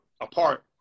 apart